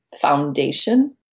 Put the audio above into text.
foundation